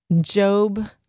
Job